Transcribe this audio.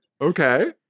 Okay